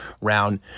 round